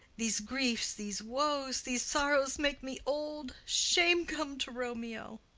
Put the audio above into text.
these griefs, these woes, these sorrows make me old. shame come to romeo!